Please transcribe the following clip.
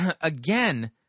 Again